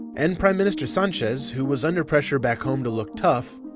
and prime minister sanchez, who was under pressure back home to look tough,